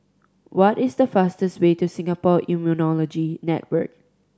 what is the fastest way to Singapore Immunology Network